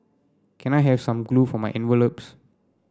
can I have some glue for my envelopes